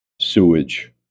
sewage